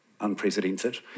unprecedented